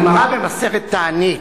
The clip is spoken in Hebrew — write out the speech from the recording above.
הגמרא במסכת תענית,